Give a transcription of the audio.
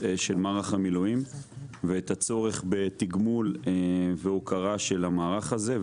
של מערך המילואים ואת הצורך בתגמול והוקרה של המערך הזה.